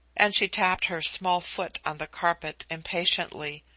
and she tapped her small foot on the carpet impatiently.